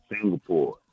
Singapore